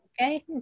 Okay